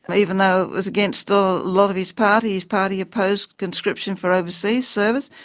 but even though it was against a lot of his party, his party opposed conscription for overseas service,